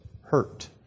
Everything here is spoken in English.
hurt